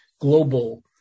global